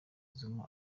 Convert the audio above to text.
zuma